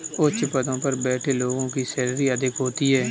उच्च पदों पर बैठे लोगों की सैलरी अधिक होती है